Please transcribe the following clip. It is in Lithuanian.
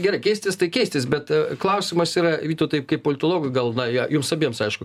gerai keistis tai keistis bet klausimas yra vytautai kaip politologui gal na ją jums abiems aišku